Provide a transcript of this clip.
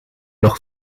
lag